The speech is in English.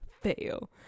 fail